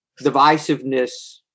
divisiveness